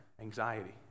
Anxiety